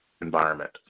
environment